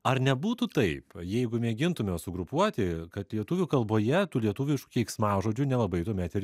ar nebūtų taip jeigu mėgintume sugrupuoti kad lietuvių kalboje tų lietuviškų keiksmažodžių nelabai tuomet ir